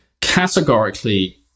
categorically